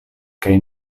kaj